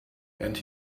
and